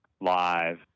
live